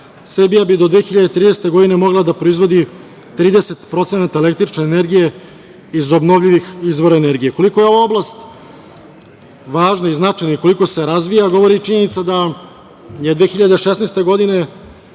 Srbija bi do 2030. godine mogla da proizvodi 30% električne energije iz obnovljivih izvora energije. Koliko je ova oblast važna i značajna i koliko se razvija, govori i činjenica da je 2016. godine